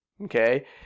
okay